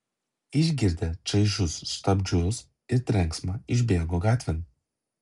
išgirdę čaižius stabdžius ir trenksmą išbėgo gatvėn